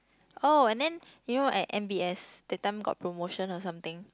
oh and then you know at M_B_S that time got promotion or something